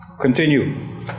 Continue